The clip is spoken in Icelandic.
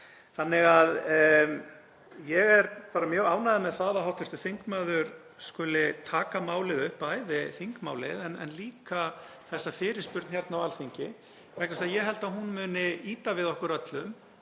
Þannig að ég er bara mjög ánægður með að hv. þingmaður skuli taka málið upp, bæði þingmálið en líka þessa fyrirspurn hérna á Alþingi, vegna þess að ég held að hún muni ýta við okkur öllum